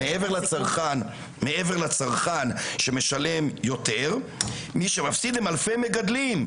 מעבר לצרכן שמשלם יותר מי שמפסיד הם אלפי מגדלים,